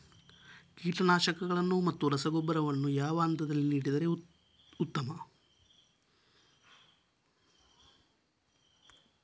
ಕೀಟನಾಶಕಗಳನ್ನು ಮತ್ತು ರಸಗೊಬ್ಬರವನ್ನು ಯಾವ ಹಂತದಲ್ಲಿ ನೀಡಿದರೆ ಉತ್ತಮ?